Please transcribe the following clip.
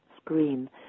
screen